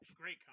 Great